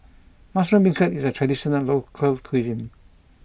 Mushroom Beancurd is a traditional local cuisine